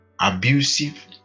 abusive